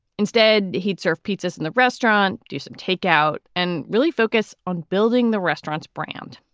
instead, he'd serve pizzas in the restaurant, do some takeout and really focus on building the restaurant's brand.